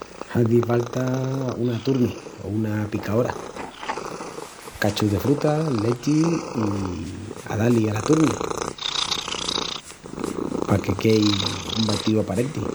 Hazi falta una turmi o una picaora. Cachus de fruta, lechi i a dá-li a la turmi paque quei un batíu aparenti.